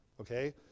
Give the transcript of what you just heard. Okay